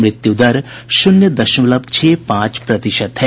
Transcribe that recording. मृत्यु दर शून्य दशमलव छह पांच प्रतिशत है